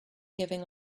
giving